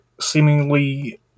seemingly